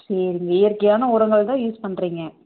சரி இயற்கையான உரங்கள்தான் யூஸ் பண்ணுறிங்க